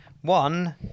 One